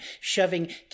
shoving